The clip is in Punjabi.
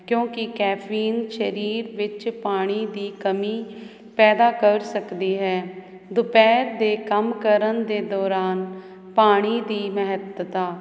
ਕਿਉਂਕਿ ਕੈਫੀਨ ਸ਼ਰੀਰ ਵਿੱਚ ਪਾਣੀ ਦੀ ਕਮੀ ਪੈਦਾ ਕਰ ਸਕਦੀ ਹੈ ਦੁਪਹਿਰ ਦੇ ਕੰਮ ਕਰਨ ਦੇ ਦੌਰਾਨ ਪਾਣੀ ਦੀ ਮਹੱਤਤਾ ਦਿਨ ਦੇ